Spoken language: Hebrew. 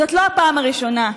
זאת לא הפעם הראשונה.